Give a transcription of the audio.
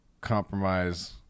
compromise